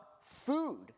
food